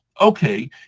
okay